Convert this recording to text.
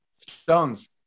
Stones